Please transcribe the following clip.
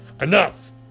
enough